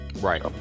right